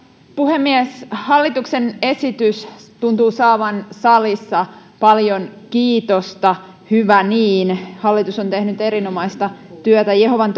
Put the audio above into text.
puhemies hallituksen esitys tuntuu saavan salissa paljon kiitosta hyvä niin hallitus on tehnyt erinomaista työtä jehovan